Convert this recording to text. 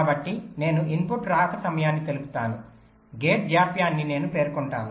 కాబట్టి నేను ఇన్పుట్ రాక సమయాన్ని తెలుపుతాను గేట్ జాప్యాన్ని నేను పేర్కొంటాను